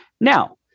Now